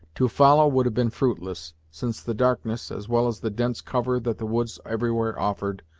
to follow would have been fruitless, since the darkness, as well as the dense cover that the woods everywhere offered,